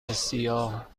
سیاه